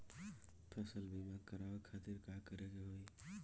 फसल बीमा करवाए खातिर का करे के होई?